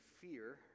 fear